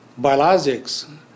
Biologics